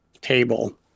table